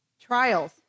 trials